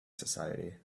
society